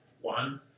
one